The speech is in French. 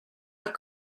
pas